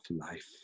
life